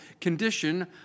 condition